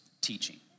teaching